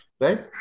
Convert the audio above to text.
right